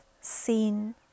seen